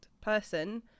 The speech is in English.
person